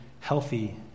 healthy